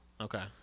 Okay